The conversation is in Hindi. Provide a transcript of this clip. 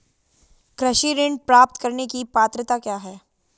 कृषि ऋण प्राप्त करने की पात्रता क्या है?